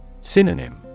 Synonym